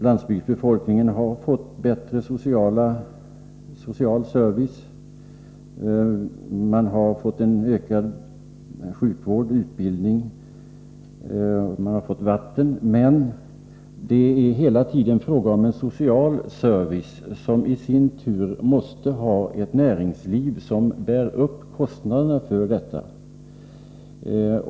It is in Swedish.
Landsbygdsbefolkningen har fått bättre social service, ökad sjukvård, utbildning och vatten. Men det är hela tiden fråga om en social service, som i sin tur måste ha ett näringsliv som bär upp kostnaderna för detta.